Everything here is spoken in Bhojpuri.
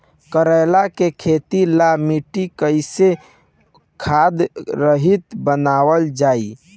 करेला के खेती ला मिट्टी कइसे खाद्य रहित बनावल जाई?